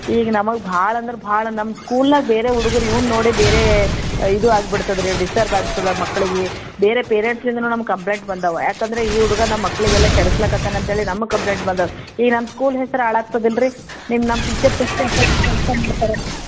ಈಗ ನಮಗೆ ಭಾಳ ಅಂದ್ರೆ ಭಾಳ ನಮ್ಮ ಸ್ಕೂಲ್ನಾಗ ಬೇರೆ ಹುಡುಗುರ್ ಇವ್ನ ನೋಡಿ ಬೇರೆ ಇದು ಆಗ್ಬಿಡ್ತದೆ ರೀ ಡಿಸ್ಟರ್ಬ್ ಆಗ್ತದೆ ಮಕ್ಳಿಗೆ ಬೇರೆ ಪೇರೆಂಟ್ಸಿಂದನೂ ನಮಗ್ ಕಂಪ್ಲೇಂಟ್ ಬಂದಾವೆ ಯಾಕಂದರೆ ಈ ಹುಡ್ಗ ನಮ್ಮ ಮಕ್ಕಳಿಗೆಲ್ಲ ಕೆಡಿಸ್ಲಿಕತ್ತನ ಅಂತ್ಹೇಳಿ ನಮ್ಗೆ ಕಂಪ್ಲೇಂಟ್ ಬಂದದ ಈಗ ನಮ್ಮ ಸ್ಕೂಲ್ ಹೆಸ್ರು ಹಾಳಾಗ್ತದಲ್ರಿ ನಿಮ್ಮ ನಮ್ಮ ಟೀಚರ್